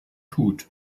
tut